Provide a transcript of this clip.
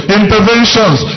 interventions